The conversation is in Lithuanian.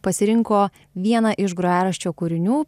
pasirinko vieną iš grojaraščio kūrinių